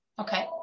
Okay